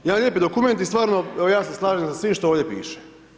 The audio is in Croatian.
Jedan lijepi dokument i stvarno, evo ja se slažem sa svim što ovdje piše.